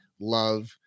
love